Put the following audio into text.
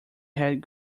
had